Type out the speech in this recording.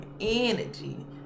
energy